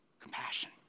compassion